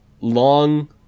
Long